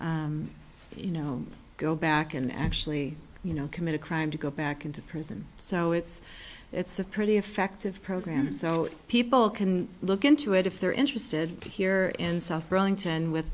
you know go back and actually you know commit a crime to go back into prison so it's it's a pretty effective program so people can look into it if they're interested here in south